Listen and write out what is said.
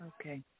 Okay